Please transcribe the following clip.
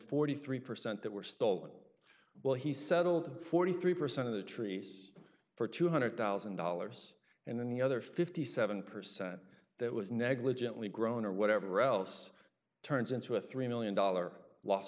forty three percent that were still well he settled forty three percent of the trees for two hundred thousand dollars and then the other fifty seven percent that was negligently grown or whatever else turns into a three million dollars loss